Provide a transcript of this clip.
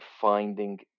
finding